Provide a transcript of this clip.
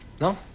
No